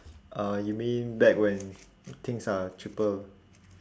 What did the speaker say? uh you mean back when things are cheaper